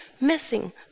missing